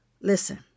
Listen